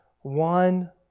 one